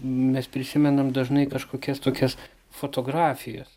mes prisimenam dažnai kažkokias tokias fotografijas